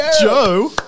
Joe